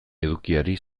edukiari